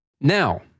Now